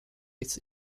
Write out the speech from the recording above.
its